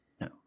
no